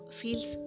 feels